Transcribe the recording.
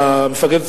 למפקד הצנחנים,